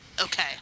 Okay